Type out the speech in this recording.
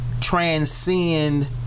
Transcend